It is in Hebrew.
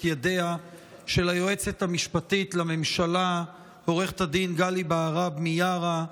ידיה של היועצת המשפטית לממשלה עו"ד גלי בהרב מיארה.